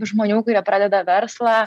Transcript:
žmonių kurie pradeda verslą